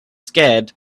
scared